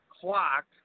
clock